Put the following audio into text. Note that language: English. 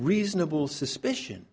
reasonable suspicion